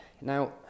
Now